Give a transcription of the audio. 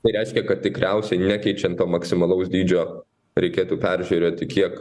tai reiškia kad tikriausiai nekeičiant to maksimalaus dydžio reikėtų peržiūrėti kiek